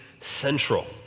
central